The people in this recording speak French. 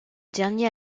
dernier